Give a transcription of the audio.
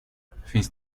finns